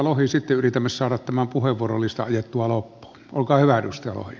sitten yritämme saada tämän puheenvuorolistan ajettua loppuun